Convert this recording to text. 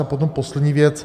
A potom poslední věc.